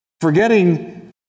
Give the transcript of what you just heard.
Forgetting